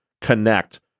connect